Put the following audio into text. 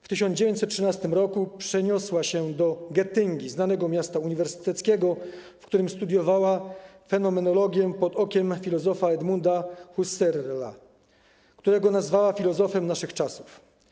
W 1913 r. przeniosła się do Getyngi, znanego miasta uniwersyteckiego, w którym studiowała fenomenologię pod okiem filozofa Edmunda Husserla, którego nazwała filozofem naszych czasów.